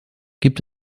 gibt